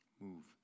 move